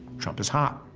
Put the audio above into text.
trump is hot.